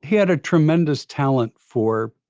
he had a tremendous talent for